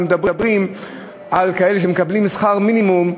ומדברים על כאלה שמקבלים שכר מינימום,